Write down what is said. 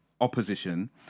opposition